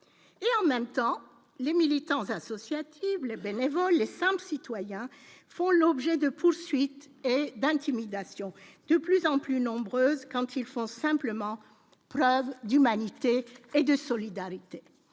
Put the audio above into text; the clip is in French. et en même temps, les militants associatifs, les bénévoles, les simples citoyens font l'objet de poursuites et d'intimidation, de plus en plus nombreuses, quand ils font simplement preuve d'humanité et de solidarité,